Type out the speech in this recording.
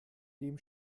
dem